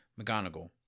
McGonagall